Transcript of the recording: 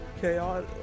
chaos